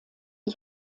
die